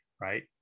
right